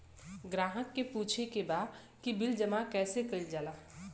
ग्राहक के पूछे के बा की बिल जमा कैसे कईल जाला?